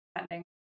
depending